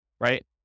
Right